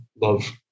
love